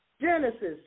Genesis